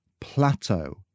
plateau